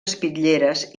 espitlleres